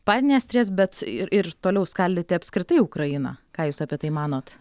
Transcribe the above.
padniestrės bet ir ir toliau skaldyti apskritai ukrainą ką jūs apie tai manot